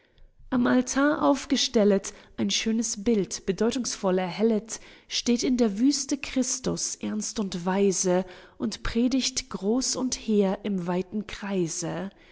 am altar aufgestellet ein schönes bild bedeutungsvoll erhellet steht in der wüste christus ernst und weise und predigt groß und hehr im weiten kreise